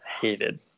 hated